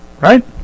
Right